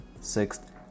Sixth